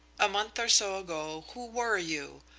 a month or so ago who were you?